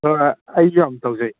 ꯍꯣꯏ ꯍꯣꯏ ꯑꯩꯁꯨ ꯌꯥꯝ ꯇꯧꯖꯩ